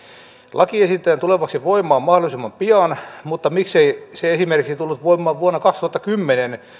lakia esitetään tulevaksi voimaan mahdollisimman pian mutta miksei se esimerkiksi tullut voimaan vuonna kaksituhattakymmenen